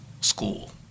school